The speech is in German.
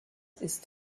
ist